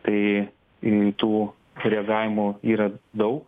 tai į tų reagavimų yra dau